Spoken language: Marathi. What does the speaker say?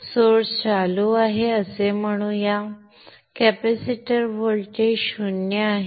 सोर्स चालू आहे असे म्हणू या कॅपेसिटर व्होल्टेज 0 आहे